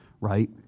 right